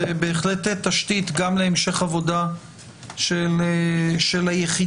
זה בהחלט תשתית גם להמשך עבודה של היחידה,